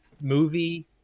movie